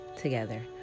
together